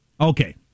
Okay